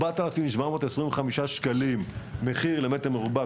4,725 שקלים מחיר למטר מרובע,